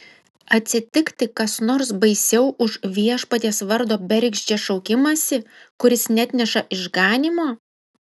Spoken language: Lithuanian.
atsitikti kas nors baisiau už viešpaties vardo bergždžią šaukimąsi kuris neatneša išganymo